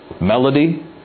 melody